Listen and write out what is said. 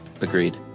Agreed